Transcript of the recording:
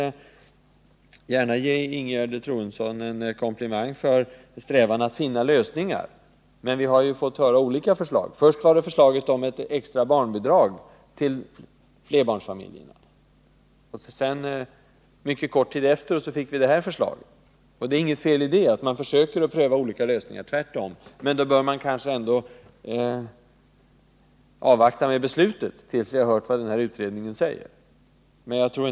Jag vill ge Ingegerd Troedsson en komplimang för hennes strävan att finna lösningar, men jag vill också erinra om att hon har lagt fram flera förslag. Först kom förslaget om ett extra barnbidrag till flerbarnsfamiljerna, och mycket kort tid därefter fick vi det nu aktuella förslaget. Det är inte något fel i att man prövar olika lösningar — tvärtom — men man bör kanske ändå avvakta med beslutet tills det är klart vad utredningen på området säger.